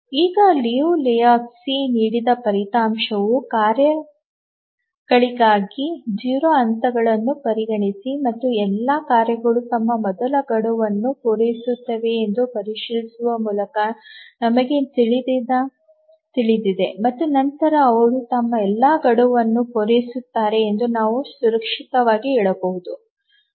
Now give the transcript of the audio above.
ಈಗ Liu Lehoczky ನೀಡಿದ ಫಲಿತಾಂಶವು ಕಾರ್ಯಗಳಿಗಾಗಿ 0 ಹಂತಗಳನ್ನು ಪರಿಗಣಿಸಿ ಮತ್ತು ಎಲ್ಲಾ ಕಾರ್ಯಗಳು ತಮ್ಮ ಮೊದಲ ಗಡುವನ್ನು ಪೂರೈಸುತ್ತದೆಯೇ ಎಂದು ಪರಿಶೀಲಿಸುವ ಮೂಲಕ ನಮಗೆ ತಿಳಿದಿದೆ ಮತ್ತು ನಂತರ ಅವರು ತಮ್ಮ ಎಲ್ಲ ಗಡುವನ್ನು ಪೂರೈಸುತ್ತಾರೆ ಎಂದು ನಾವು ಸುರಕ್ಷಿತವಾಗಿ ಹೇಳಬಹುದು